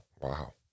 Wow